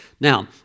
Now